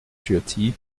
ciotti